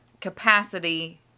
capacity